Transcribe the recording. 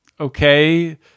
okay